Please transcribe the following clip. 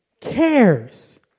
cares